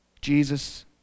Jesus